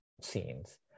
scenes